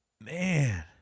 man